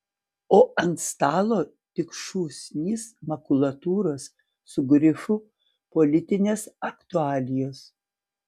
o ant stalo tik šūsnys makulatūros su grifu politinės aktualijos